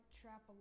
trap